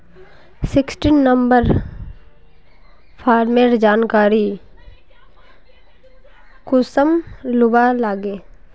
Sixteen number farmer जानकारी कुंसम लुबा लागे?